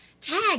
tag